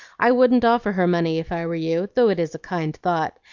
i wouldn't offer her money if i were you, though it is a kind thought.